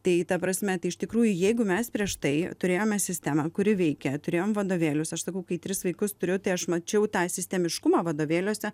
tai ta prasme tai iš tikrųjų jeigu mes prieš tai turėjome sistemą kuri veikė turėjom vadovėlius aš sakau kai tris vaikus turiu tai aš mačiau tą sistemiškumą vadovėliuose